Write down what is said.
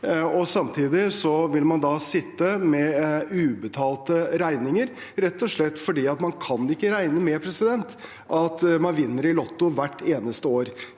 Samtidig vil man sitte med ubetalte regninger, rett og slett fordi man ikke kan ikke regne med at man vinner i Lotto hvert eneste år.